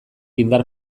indar